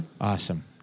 Awesome